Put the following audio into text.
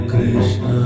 Krishna